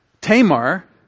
Tamar